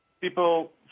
people